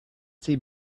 see